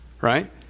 Right